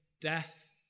death